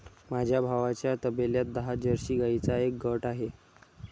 माझ्या भावाच्या तबेल्यात दहा जर्सी गाईंचा एक गट आहे